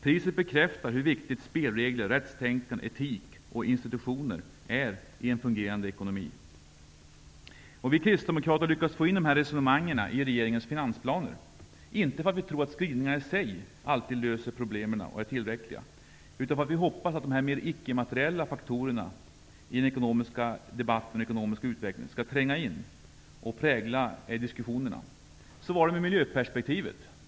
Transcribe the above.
Priset bekräftar hur viktigt spelregler, rättstänkande, etik och institutioner är i en fungerande ekonomi. Vi kristdemokrater har lyckats få in dessa resonemang i regeringens finansplaner -- inte för att vi tror att skrivningar i sig är tillräckliga och alltid löser problemen utan för att vi hoppas att de ickemateriella faktorernas betydelse för den ekonomiska utvecklingen skall tränga in i och prägla den ekonomiska och politiska debatten. Så var det med miljöperspektivet.